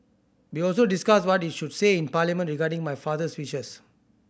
we also discussed what is should say in Parliament regarding my father's wishes